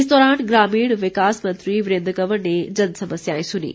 इस दौरान ग्रामीण विकास मंत्री वीरेन्द्र कंवर ने जनसमस्याएं सुनीं